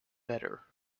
better